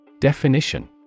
Definition